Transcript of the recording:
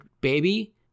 baby